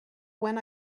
when